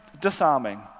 disarming